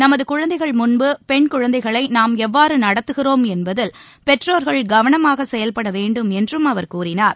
நமது குழந்தைகள் முன்பு பெண் குழந்தைகளை நாம் எவ்வாறு நடத்துகிறோம் என்பதில் பெற்றோர்கள் கவனமாக செயல்பட வேண்டும் என்றும் அவர் கூறினார்